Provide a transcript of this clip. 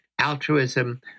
altruism